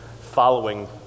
following